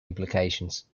implications